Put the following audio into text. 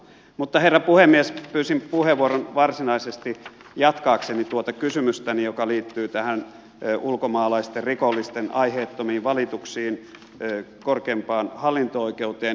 mutta herra puhemies pyysin puheenvuoron varsinaisesti jatkaakseni tuota kysymystäni joka liittyy ulkomaalaisten rikollisten aiheettomiin valituksiin korkeimpaan hallinto oikeuteen